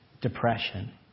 depression